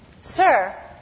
sir